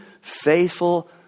faithful